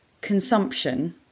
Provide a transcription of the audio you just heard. consumption